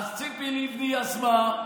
אז ציפי לבני יזמה,